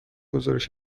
گزارش